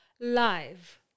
live